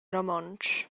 romontsch